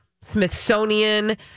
Smithsonian